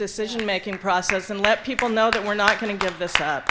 decision making process and let people know that we're not going to give this